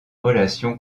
relation